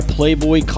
Playboy